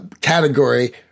category